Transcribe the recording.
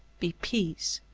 be peace.